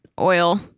oil